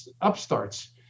upstarts